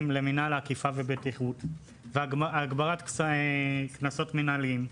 למינהל האכיפה והבטיחות והגברת קנסות מינהליים.